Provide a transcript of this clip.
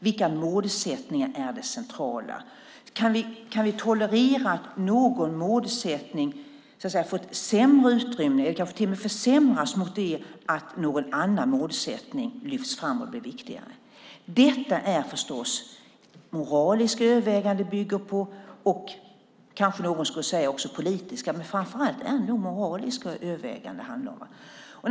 Vilka målsättningar är det centrala? Kan vi tolerera att någon målsättning får ett sämre utrymme eller kanske till och med försämras mot det att någon annan målsättning lyfts fram och blir viktigare? Detta bygger förstås på moraliska överväganden. Någon kanske också skulle säga politiska, men det är nog framför allt moraliska överväganden det handlar om.